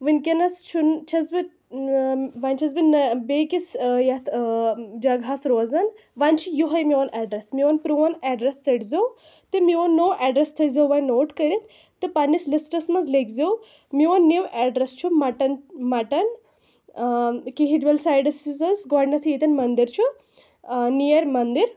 وُنکٮ۪نَس چھُنہٕ چھَس بہٕ وۅنۍ چھَس بہٕ نا بیٚیِس یَتھ جَگہٕ ہَس روزان وۅنۍ چھُ یِہَے میٛون ایڈرَس میٛون پرٛون ایڈرَس ژٔٹۍ زیٚو تہٕ میٛون نوٚو ایڈرَس تھٲوِزیٚو وۅنۍ نوٹ کٔرِتھ تہٕ پَنٕنِس لِسٹَس منٛز لیکھِ زیٚو میٛون نِیٛوٗ ایڈرَس چھُ مَٹَن مَٹَن کِہِربَل سایِڈَس یُس حظ گۄڈٕنٮ۪تھٕے ییٚتٮ۪ن مَنٛدر چھُ آ نِیر مَنٛدِر